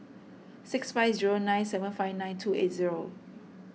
six five zero nine seven five nine two eight zero